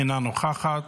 אינה נוכחת.